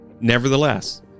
Nevertheless